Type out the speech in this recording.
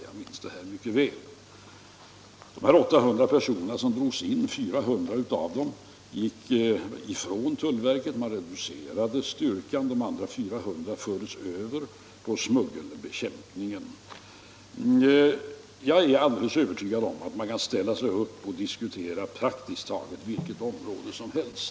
| Av de 800 personer som drogs in utgick 400 ur tullverket, vars styrka alltså reducerades med 400 man. De andra 400 fördes över på smug | gelbekämpningen. | Jag är alldeles övertygad om att man kan diskutera personalökningar | på praktiskt taget vilket område som helst.